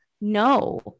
No